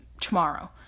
tomorrow